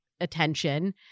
attention